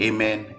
Amen